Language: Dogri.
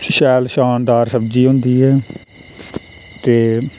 शैल शानदार सब्ज़ी होंदी ऐ ते